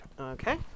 Okay